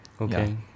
Okay